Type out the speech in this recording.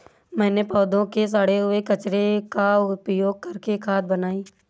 मैंने पौधों के सड़े हुए कचरे का उपयोग करके खाद बनाई